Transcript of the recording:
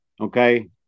Okay